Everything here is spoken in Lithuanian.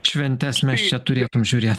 šventes mes čia turėtum žiūrėt